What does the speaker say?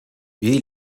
wie